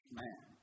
man